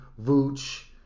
Vooch